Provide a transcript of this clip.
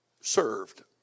served